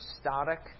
static